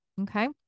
Okay